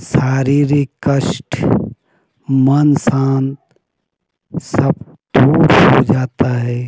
शारीरिक कष्ट मन शांत सब दूर हो जाता है